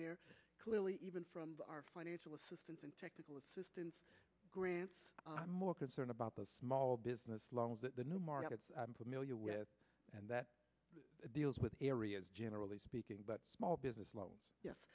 there clearly even from our financial assistance and technical assistance grants more concerned about the small business loans that the new markets i'm familiar with and that deals with areas generally speaking but small business loans yes